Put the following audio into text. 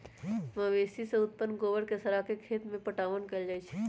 मवेशी से उत्पन्न गोबर के सड़ा के खेत में पटाओन कएल जाइ छइ